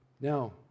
Now